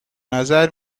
نظر